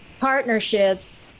partnerships